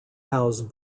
house